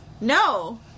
No